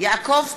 יעקב פרי,